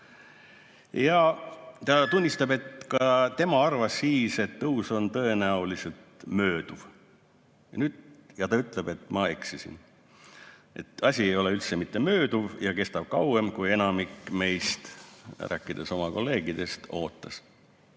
Ja ta tunnistab, et ka tema arvas siis, et tõus on tõenäoliselt mööduv. Ja ta ütleb, et ta eksis. "See asi ei ole üldse mitte mööduv ja kestab kauem, kui enamik meist eeldas." Ta rääkis oma kolleegidest.